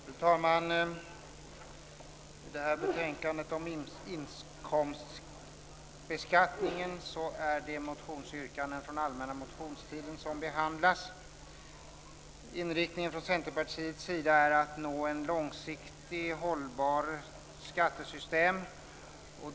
Fru talman! I detta betänkande om inkomstbeskattningen behandlas motionsyrkanden från allmänna motionstiden. Inriktningen från Centerpartiets sida är att nå ett långsiktigt hållbart skattesystem.